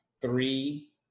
three